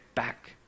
Back